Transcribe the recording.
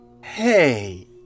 Hey